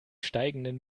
steigenden